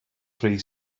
three